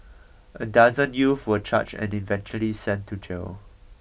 a dozen youth were charged and eventually sent to jail